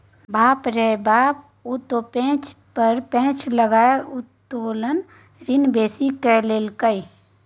बाप रौ बाप ओ त पैंच पर पैंच लकए उत्तोलन ऋण बेसी कए लेलक